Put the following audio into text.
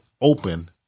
open